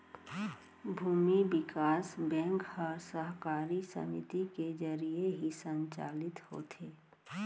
भूमि बिकास बेंक ह सहकारी समिति के जरिये ही संचालित होथे